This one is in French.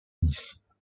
nice